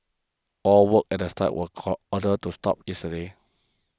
all work at the site was call ordered to stop yesterday